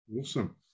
Awesome